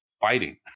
fighting